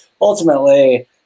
ultimately